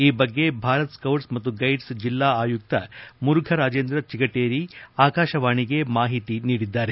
ಈ ಬಗ್ಗೆ ಭಾರತ್ ಸ್ಕೌಟ್ಸ್ ಮತ್ತು ಗೈಡ್ ಜಿಲ್ಲಾ ಆಯುಕ್ತ ಮುರುಫರಾಜೇಂದ್ರ ಚಿಗಟೇರಿ ಆಕಾಶವಾಣಿ ಗೆ ಮಾಹಿತಿ ನೀಡಿದ್ದಾರೆ